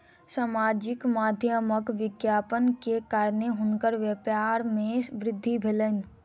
सामाजिक माध्यमक विज्ञापन के कारणेँ हुनकर व्यापार में वृद्धि भेलैन